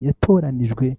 yatoranijwe